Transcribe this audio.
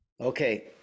okay